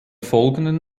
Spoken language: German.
folgenden